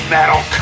Metal